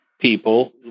people